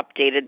updated